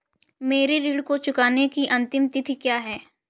मेरे ऋण को चुकाने की अंतिम तिथि क्या है?